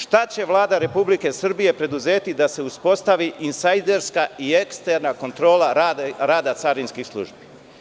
Šta će Vlada Republike Srbije preduzeti da se uspostavi insajderska i eksterna kontrola rada carinskih službi?